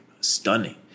stunning